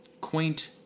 quaint